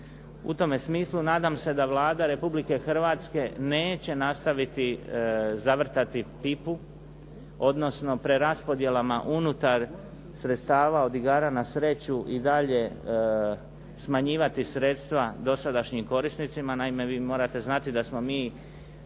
U tom smislu nadam se da Vlada Republike Hrvatske neće nastaviti zavrtati pipu, odnosno preraspodjelama unutar sredstava od igara na sreću i dalje smanjivati sredstva dosadašnjim korisnicima. Naime, vi morate znati da smo mi